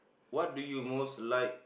what do you most like